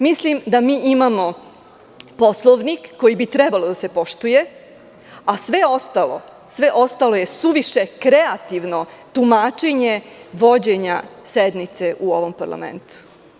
Mislim da imamo Poslovnik koji bi trebalo da se poštuje, a sve ostalo je suviše kreativno tumačenje vođenja sednice u ovom parlamentu.